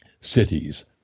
cities